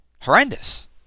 horrendous